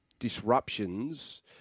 disruptions